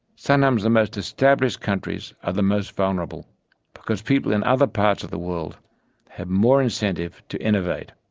sometimes the most established countries are the most vulnerable because people in other parts of the world have more incentive to innovate.